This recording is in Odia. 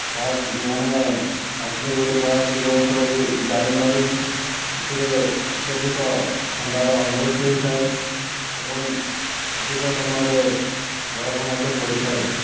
ଯାହା ମାନେ କାଶ୍ମୀର ବୋଲି କୁହାହେଉଛି ଯେଉଁ ଅଞ୍ଚଳକୁ ଦାରିଙ୍ଗବାଡ଼ି ସେଥିରେ ଅତ୍ୟଧିକ ଥଣ୍ଡାର ଅନୁଭୂତି ହୋଇଥାଏ ଏବଂ ଅଧିକ ସମୟରେ ବରଫ ମଧ୍ୟ ପଡ଼ିଥାଏ